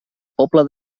pobla